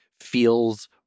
feels